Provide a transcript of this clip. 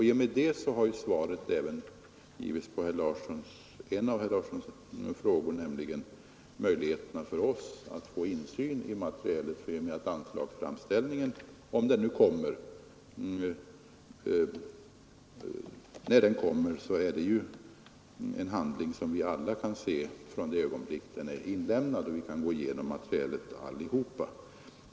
I och med detta har svar lämnats på en av herr Larssons frågor, nämligen om möjligheterna för oss att få insyn i det material det här gäller. När anslagsframställningen inlämnas, är det en handling som vi alla kan ta del av och gå igenom.